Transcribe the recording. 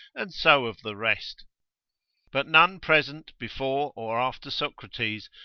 and so of the rest but none present, before, or after socrates,